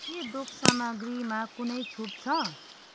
के दुग्ध सामग्रीमा कुनै छुट छ